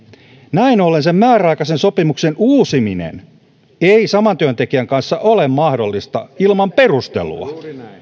näin ollen sen määräaikaisen sopimuksen uusiminen ei saman työntekijän kanssa ole mahdollista ilman perustelua